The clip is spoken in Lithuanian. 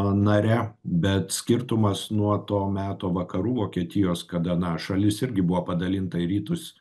nare bet skirtumas nuo to meto vakarų vokietijos kada na šalis irgi buvo padalinta į rytus